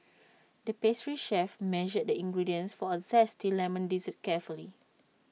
the pastry chef measured the ingredients for A Zesty Lemon Dessert carefully